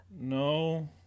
No